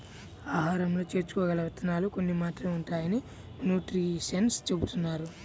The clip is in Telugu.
ఆహారంలో చేర్చుకోగల విత్తనాలు కొన్ని మాత్రమే ఉంటాయని న్యూట్రిషన్స్ చెబుతున్నారు